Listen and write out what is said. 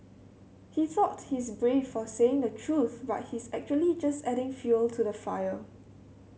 he thought he's brave for saying the truth but he's actually just adding fuel to the fire